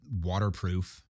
waterproof